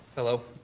hello.